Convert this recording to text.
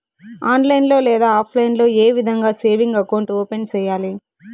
online లో లేదా offline లో ఏ విధంగా సేవింగ్ అకౌంట్ ఓపెన్ సేయాలి